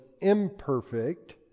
imperfect